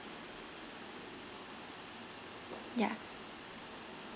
yeah